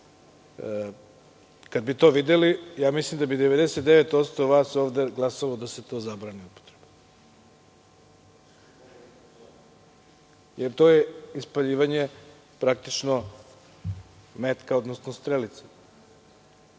Kad bi to videli, mislim da bi 99% vas ovde glasalo da se to zabrani. Jer to je ispaljivanje praktično metka, odnosno strelice,